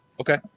Okay